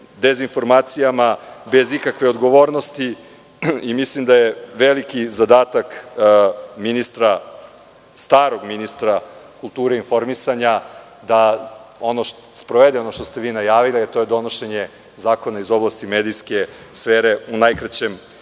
dezinformacija bez ikakve odgovornosti i mislim da je veliki zadatak starog ministra kulture i informisanja da sprovede ono što ste vi najavili, a to je donošenje zakona iz oblasti medijske sfere u najkraćem